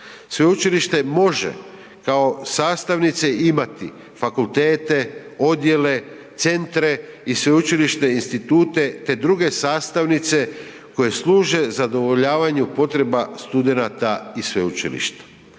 Sveučilište može kao sastavnice imati fakultete, odjele, centre i sveučilišne institute te druge sastavnice koje služe zadovoljavanju potreba studenata i sveučilišta.